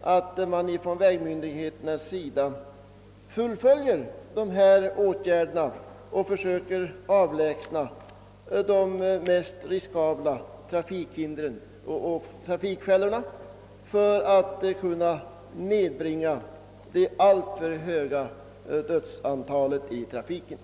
att man från vägmyndigheternas sida snarast fullföljer dessa åtgärder och försöker avlägsna de mest riskabla trafikhindren och trafikfällorna för att nedbringa de alltför höga dödssiffrorna i trafiken.